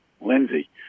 Lindsay